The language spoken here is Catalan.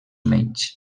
menys